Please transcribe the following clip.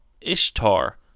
Ishtar